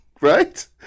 right